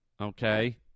okay